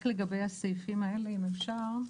רק לגבי הסעיפים האלה, אם אפשר.